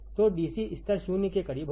तो डीसी स्तर 0 के करीब होगा